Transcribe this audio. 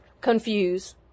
confuse